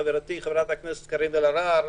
חברי חברת הכנסת אלהרר,